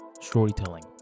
storytelling